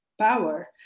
power